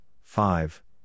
five